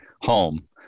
home